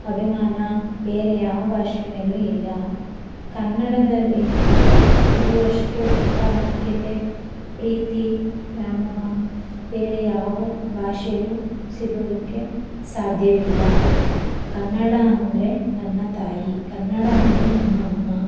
ಅಭಿಮಾನ ಬೇರೆ ಯಾವ ಭಾಷೆ ಮೇಲೂ ಇಲ್ಲಾ ಕನ್ನಡದಲ್ಲಿ ಇರುವಷ್ಟು ಪ್ರಾಮುಖ್ಯತೆ ಪ್ರೀತಿ ವ್ಯಾಮೋಹ ಬೇರೆ ಯಾವ ಭಾಷೆಗೂ ಸಿಗಲಿಕ್ಕೆ ಸಾಧ್ಯವಿಲ್ಲ ಕನ್ನಡ ಅಂದರೆ ನನ್ನ ತಾಯಿ ಕನ್ನಡ ಅಂದರೆ ನಮ್ಮ ಅಮ್ಮ